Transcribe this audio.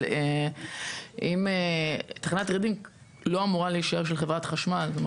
אבל תחנת רידינג לא אמורה להישאר של חברת חשמל.